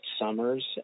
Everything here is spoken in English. summers